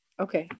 Okay